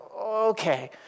Okay